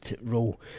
role